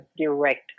direct